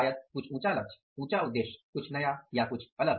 शायद कुछ ऊँचा लक्ष्य ऊँचा उद्देश्य कुछ नया या कुछ अलग